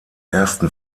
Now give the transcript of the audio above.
ersten